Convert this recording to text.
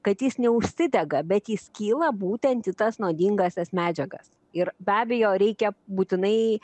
kad jis neužsidega bet jis kyla būtent į tas nuodingąsias medžiagas ir be abejo reikia būtinai